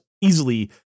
easily